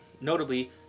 notably